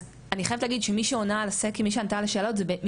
אז אני חייבת להגיד שמי שעלתה על השאלה הזאת זה בעצם